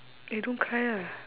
eh don't cry lah